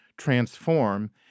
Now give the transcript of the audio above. transform